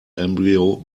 embryo